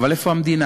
אבל איפה המדינה?